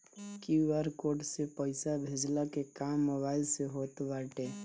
QR code से पईसा भेजला के काम मोबाइल से होत बाटे